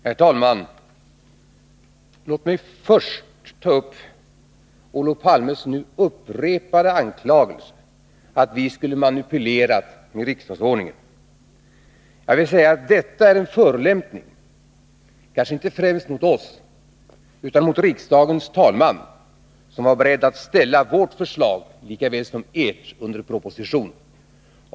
Herr talman! Låt mig först ta upp Olof Palmes nu upprepade anklagelse att vi skulle manipulerat med riksdagsordningen. Jag vill säga att detta är en förolämpning, kanske inte främst mot oss, utan mot riksdagens talman, som var beredd att ställa vårt förslag lika väl som ert under proposition.